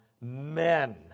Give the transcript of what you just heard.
men